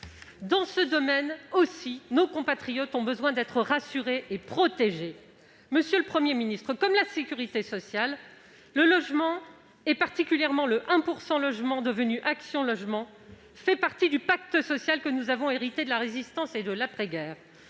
Dans ce domaine, aussi, nos compatriotes ont besoin d'être rassurés et protégés. Monsieur le Premier ministre, comme la sécurité sociale, le logement, particulièrement le 1 % Logement, devenu Action Logement, fait partie du pacte social que nous avons hérité de la Résistance et de l'après-guerre.